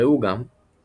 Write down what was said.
ראו גם פגיה